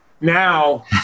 Now